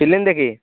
film ଦେଖି